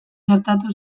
gertatu